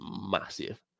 massive